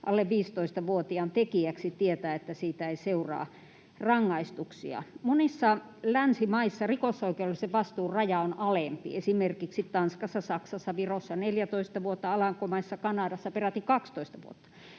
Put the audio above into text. alle 15-vuotiaan tekijäksi tietäen, että siitä ei seuraa rangaistuksia. Monissa länsimaissa rikosoikeudellisen vastuun raja on alempi: esimerkiksi Tanskassa, Saksassa, Virossa 14 vuotta; Alankomaissa ja Kanadassa peräti 12 vuotta.